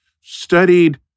studied